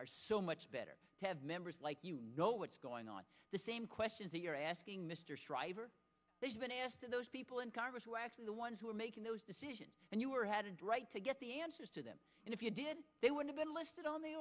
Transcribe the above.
are so much better to have members like you know what's going on the same questions that you're asking mr stryver been asked of those people in congress who are actually the ones who are making those decisions and you were headed right to get the answers to them and if you did they would have been listed on the